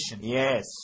Yes